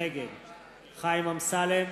נגד חיים אמסלם,